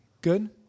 Good